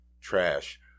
trash